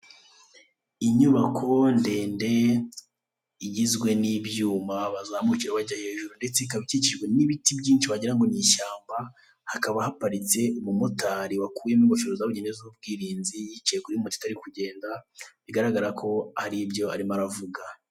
Inyubako ndende igizwe n'ibyuma bazamukiraho bajya hejuru ndetse ikaba ikikijwe n'ibiti byinshi wagira ngo ni ishyamba, hakaba haparitse umumotari wakuyemo ingofero z'abugenewe z'ubwirinzi yicaye kuri moto itari kugenda bigaragara ko hari ibyo arimo aravuga.